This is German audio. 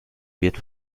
wird